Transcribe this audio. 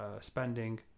spending